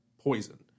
poison